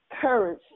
courage